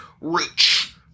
rich